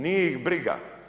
Nije ih briga.